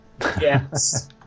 yes